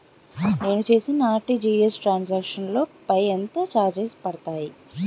నేను చేసిన RTGS transaction లో పై ఎంత చార్జెస్ పడతాయి?